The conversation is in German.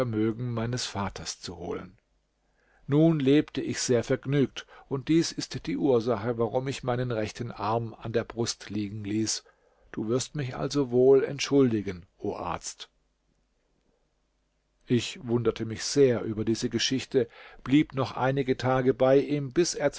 vermögen meines vaters zu holen nun lebte ich sehr vergnügt und dies ist die ursache warum ich meinen rechten arm an der brust liegen ließ du wirst mich also wohl entschuldigen o arzt ich wunderte mich sehr über diese geschichte blieb noch einige tage bei ihm bis er